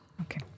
Okay